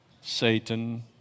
Satan